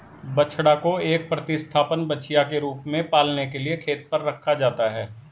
बछड़ा को एक प्रतिस्थापन बछिया के रूप में पालने के लिए खेत पर रखा जाता है